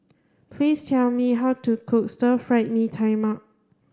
please tell me how to cook stir fried Mee Tai Mak